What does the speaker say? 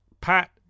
Pat